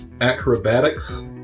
Acrobatics